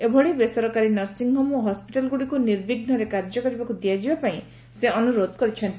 ଏଭଳି ବେସରକାରୀ ନର୍ସିଂହୋମ୍ ଓ ହସ୍କିଟାଲଗୁଡ଼ିକୁ ନିର୍ବିଘ୍ନରେ କାର୍ଯ୍ୟ କରିବାକୁ ଦିଆଯିବା ପାଇଁ ସେ ଅନୁରୋଧ କରିଛନ୍ତି